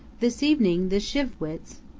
this evening, the shi'vwits,